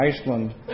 Iceland